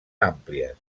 àmplies